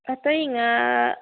ꯑꯇꯩ ꯉꯥ